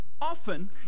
often